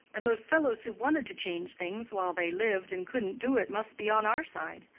and those fellows who wanted to change things while they lived and couldn't do it must be on our side.